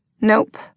Nope